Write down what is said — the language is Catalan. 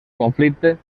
conflicte